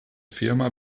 firma